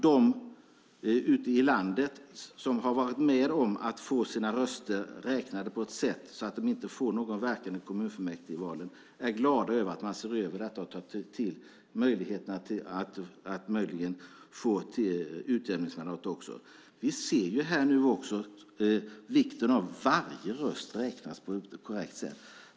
De som har varit med om att få sina röster räknade på ett sådant sätt att de inte får någon inverkan på kommunfullmäktigevalen är glada över att man ser över detta och öppnar för möjligheten till ett utjämningsmandat. Nu ser vi vikten av att varje röst räknas på ett korrekt sätt.